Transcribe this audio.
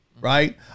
right